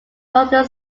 northern